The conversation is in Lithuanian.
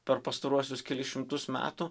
per pastaruosius kelis šimtus metų